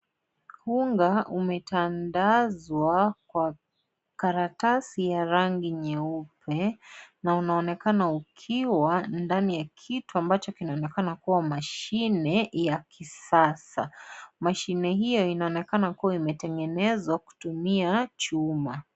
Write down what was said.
Unga umetandazwa kwa karatasi ya rangi nyeupe na unaonekana ukiwa ndani ya kitu ambacho kinaonekana kuwa mashine ya kisasa, mashine hiyo inaonekana kuwa imetengenezwa kutumia chuma.